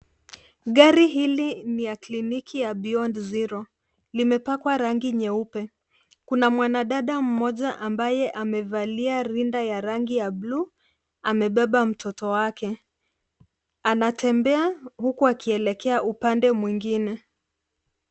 Gari hili ni ya kliniki ya, beyond zero. Limepakwa rangi nyeupe. Kuna mwanadada mmoja ambaye amevalia rinda ya rangi ya bluu amebeba mtoto wake. Anatembea huku akielekea upande mwingine.